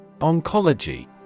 Oncology